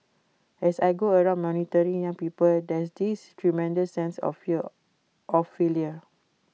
as I go around mentoring young people there's this tremendous sense of fear of failure